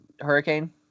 Hurricane